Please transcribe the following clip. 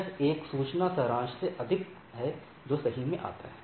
यह एक सूचना सारांश के अधिक है जो सही में आता है